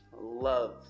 Love